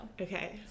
Okay